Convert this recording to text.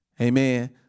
Amen